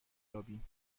یابیم